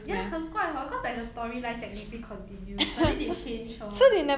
ya 很怪 hor cause like the storyline technically continues but then they change her